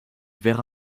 verra